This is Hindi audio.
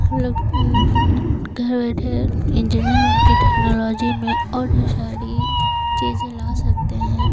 हम लोग घर बैठे इंजीनियर बनके टेक्नोलॉजी में और ढेर सारी चीज़ें ला सकते हैं